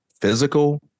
physical